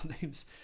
names